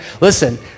Listen